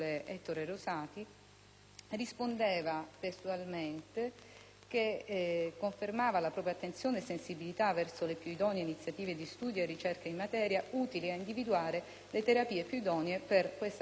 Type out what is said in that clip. Rosato rispondeva testualmente che confermava la propria attenzione e sensibilità verso le più idonee iniziative di studio e di ricerca in materia utili ad individuare le terapie più idonee per questa categoria di pazienti.